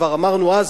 כבר אמרנו אז,